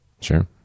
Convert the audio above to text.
Sure